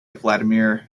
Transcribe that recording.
vladimir